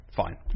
fine